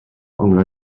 onglau